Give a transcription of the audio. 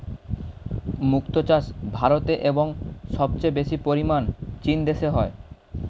মুক্ত চাষ ভারতে এবং সবচেয়ে বেশি পরিমাণ চীন দেশে হয়